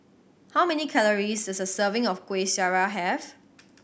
how many calories does a serving of Kueh Syara have